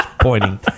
pointing